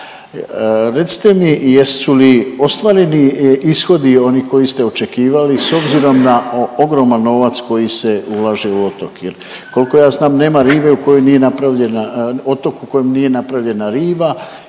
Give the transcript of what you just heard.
Recite mi jesu li ostvareni ishodi oni koje ste očekivali s obzirom na ogroman novac koji se ulaže u otoke jer koliko ja znam nema rive u kojoj nije napravljena,